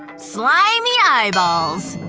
slimy eyeballs!